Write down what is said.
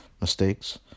mistakes